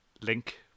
link